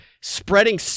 spreading